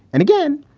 and again,